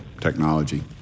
technology